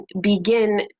begin